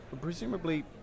Presumably